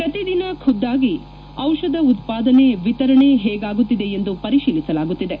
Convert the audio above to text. ಪ್ರತಿದಿನ ಖುದ್ಲಾಗಿ ಔಷಧ ಉತ್ತಾದನೆ ವಿತರಣೆ ಹೇಗಾಗುತ್ತಿದೆ ಎಂದು ಪರಿಶೀಲಿಸಲಾಗುತ್ತಿದೆ